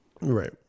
Right